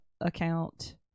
account-